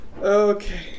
okay